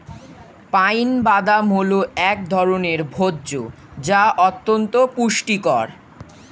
pine বাদাম হল এক ধরনের ভোজ্য যা অত্যন্ত পুষ্টিকর